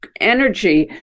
energy